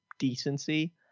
decency